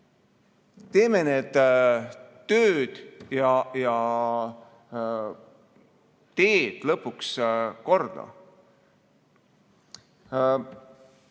Teeme need tööd ja teed lõpuks korda.